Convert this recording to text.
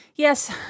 Yes